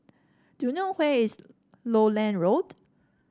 do you know where is Lowland Road